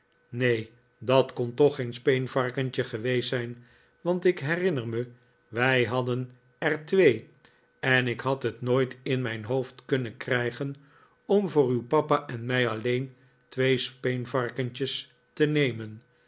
neen dat kon toch geen speenvarkentje geweest zijn want ik herinner me wij hadden er twee en ik had het nooit in mijn hoofd kunnen krijgen om voor uw papa en mij alleen twee speenvarkentjes te nemen